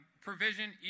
provision